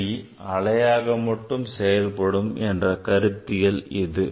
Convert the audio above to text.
ஒளி அலையாக மட்டுமே செயல்படும் என்ற கருத்தியல் இது